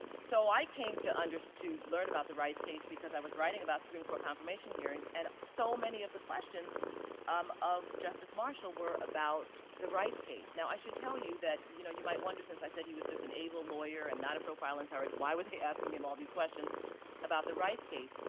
so i came to understand, to learn about the rice case because i was writing about supreme court confirmation hearings, and so many of the questions um of justice marshall were about the rice case. now, i should tell you that, you know, you might wonder since i said he was just an able lawyer and not a profile encourage, why were they asking him all these questions about the rice case?